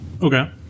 okay